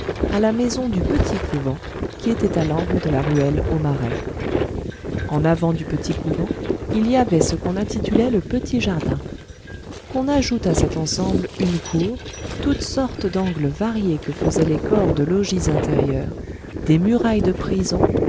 à la maison du petit couvent qui était à l'angle de la ruelle aumarais en avant du petit couvent il y avait ce qu'on intitulait le petit jardin qu'on ajoute à cet ensemble une cour toutes sortes d'angles variés que faisaient les corps de logis intérieurs des murailles de prison